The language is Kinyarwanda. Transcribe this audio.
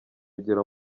rwego